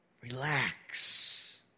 Relax